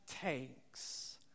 takes